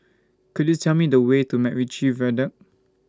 Could YOU Tell Me The Way to Mac Ritchie Viaduct